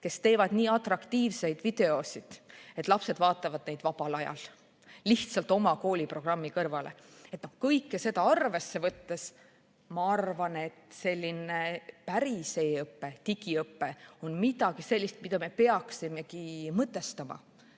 kes teevad nii atraktiivseid videosid, et lapsed vaatavad neid vabal ajal lihtsalt oma kooliprogrammi kõrvale. Kõike seda arvesse võttes ma arvan, et selline päris e‑õpe, digiõpe on midagi sellist, mida me peaksimegi mõtestama